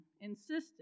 insisted